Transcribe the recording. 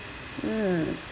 mm